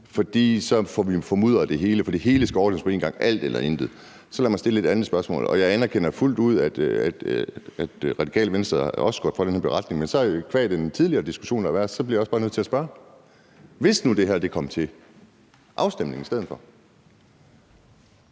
fordi vi så får formudret det hele. For det hele skal ordnes på en gang, alt eller intet. Så lad mig stille et andet spørgsmål. Jeg anerkender fuldt ud, at Radikale Venstre også skulle have haft den her beretning, men qua den tidligere diskussion, der har været, bliver jeg nødt til at spørge om, hvordan det var, hvis nu det her kom til afstemning i stedet for.